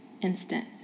instant